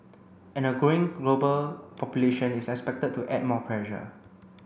and a growing global population is expected to add more pressure